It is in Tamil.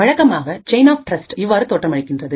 வழக்கமாக செயின் ஆப் டிரஸ்ட் இவ்வாறு தோற்றமளிக்கிறது